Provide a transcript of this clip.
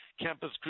Campus